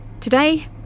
Today